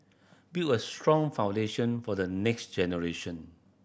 build a strong foundation for the next generation